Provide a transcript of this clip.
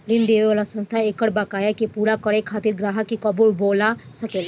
ऋण देवे वाला संस्था एकर बकाया के पूरा करे खातिर ग्राहक के कबो बोला सकेला